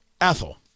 Ethel